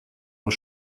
aux